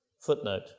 Footnote